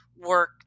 work